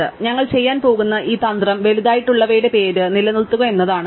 അതിനാൽ ഞങ്ങൾ ചെയ്യാൻ പോകുന്ന ഈ തന്ത്രം വലുതായിട്ടുളവയുടെ പേര് നിലനിർത്തുക എന്നതാണ്